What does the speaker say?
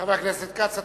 חבר הכנסת כץ,